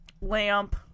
lamp